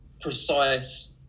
precise